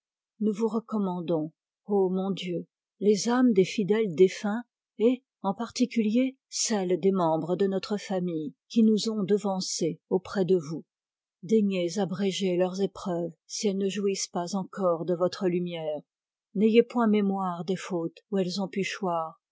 nous vous recommandons d mon dieu les âmes des fidèles défunts et en particulier celles des membres de notre famille qui nous ont devancés auprès de vous daignez abréger leurs épreuves si elles ne jouissent pas encore de votre lumière n'ayez point mémoire des fautes où elles ont pu choir